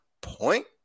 point